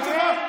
תסתלק.